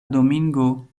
domingo